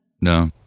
No